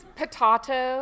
potato